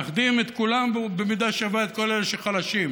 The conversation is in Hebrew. מאחדים את כולם במידה שווה, את כל אלה שחלשים.